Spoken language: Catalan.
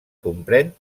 comprèn